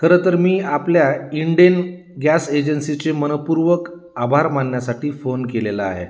खरं तर मी आपल्या इंडेन गॅस एजन्सीचे मन पूर्वक आभार मानण्यासाठी फोन केलेला आहे